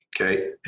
Okay